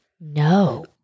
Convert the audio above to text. No